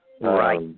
Right